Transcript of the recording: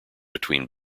between